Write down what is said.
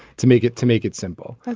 to make it to make it simple.